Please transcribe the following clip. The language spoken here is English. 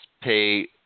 pay